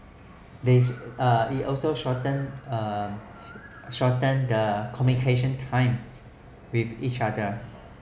they uh it also shortened uh shortened the communication time with each other